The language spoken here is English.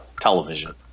television